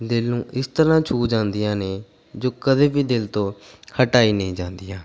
ਦਿਲ ਨੂੰ ਇਸ ਤਰ੍ਹਾਂ ਛੂਹ ਜਾਂਦੀਆਂ ਨੇ ਜੋ ਕਦੇ ਵੀ ਦਿਲ ਤੋਂ ਹਟਾਈ ਨਹੀਂ ਜਾਂਦੀਆਂ